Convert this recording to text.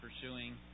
pursuing